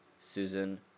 susan